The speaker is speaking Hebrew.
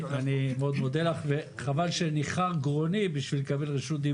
שמבהיר שבכל מה שנוגע לכשרות המועצות